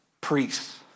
priests